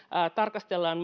tarkastellaan